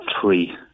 three